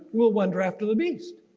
will wonder after the beast.